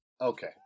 Okay